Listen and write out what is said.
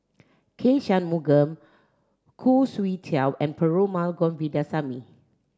K Shanmugam Khoo Swee Chiow and Perumal Govindaswamy